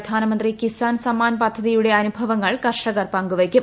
പ്രധാനമന്ത്രി കിസാൻ സമ്മാൻ പദ്ധതിയുടെ അനുഭവങ്ങൾ ്കർഷകർ പങ്കുവയ്ക്കും